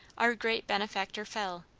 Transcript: our great benefactor fell,